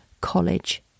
college